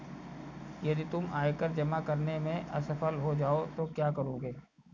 यदि तुम आयकर जमा करने में असफल हो जाओ तो क्या करोगे?